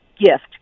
gift